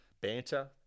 banter